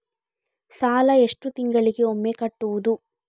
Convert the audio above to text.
ಸಾಲ ಎಷ್ಟು ತಿಂಗಳಿಗೆ ಒಮ್ಮೆ ಕಟ್ಟುವುದು?